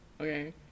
Okay